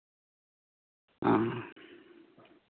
ᱚ